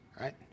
right